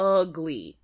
ugly